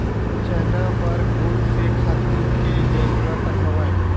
चना बर कोन से खातु के जरूरत हवय?